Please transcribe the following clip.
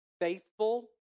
faithful